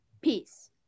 Peace